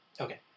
Okay